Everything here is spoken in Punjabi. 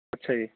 ਅੱਛਾ ਜੀ